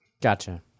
gotcha